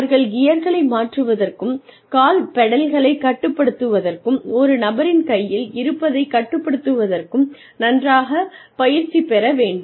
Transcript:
அவர்கள் கியர்களை மாற்றுவதற்கும் கால் பெடல்களைக் கட்டுப்படுத்துவதற்கும் ஒரு நபரின் கையில் இருப்பதைக் கட்டுப்படுத்துவதற்கும் நன்றாகப் பயிற்சி பெற வேண்டும்